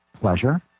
pleasure